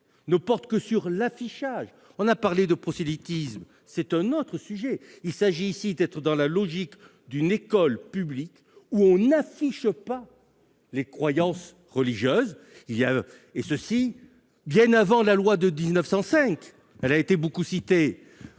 ne porte que sur l'affichage. Le prosélytisme, c'est un autre sujet ! Il s'agit ici de s'inscrire dans la logique d'une école publique où l'on n'affiche pas ses croyances religieuses. Bien avant la loi de 1905, qui a été beaucoup citée,